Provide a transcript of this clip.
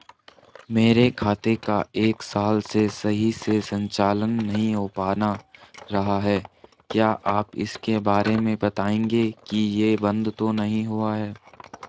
मेरे खाते का एक साल से सही से संचालन नहीं हो पाना रहा है क्या आप इसके बारे में बताएँगे कि ये बन्द तो नहीं हुआ है?